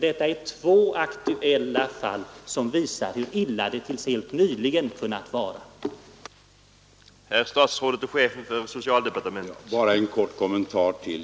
Detta är två aktuella fall som visar hur illa det till helt nyligen kunnat vara respektive ännu är